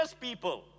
people